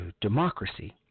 democracy